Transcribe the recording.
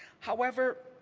however,